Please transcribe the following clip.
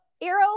Arrow